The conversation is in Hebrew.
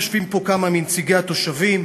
יושבים פה כמה מנציגי התושבים,